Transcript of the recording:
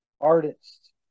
artist